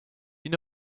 you